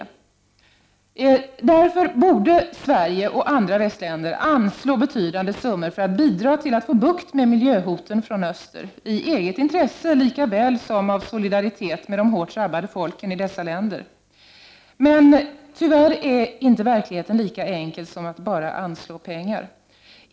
Av detta följer att Sverige och andra västländer borde anslå betydande summor för att bidra till att få bukt med miljöhoten från öster —i eget intresse lika väl som av solidaritet med de hårt drabbade folken i dessa länder. Tyvärr är verkligheten inte lika enkel — det räcker inte bara med att anslå pengar.